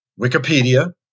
Wikipedia